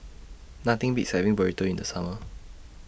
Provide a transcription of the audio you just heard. Nothing Beats having Burrito in The Summer